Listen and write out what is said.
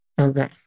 Okay